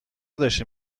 داشتیم